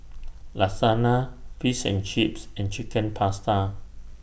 Lasagna Fish and Chips and Chicken Pasta